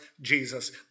Jesus